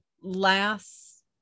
last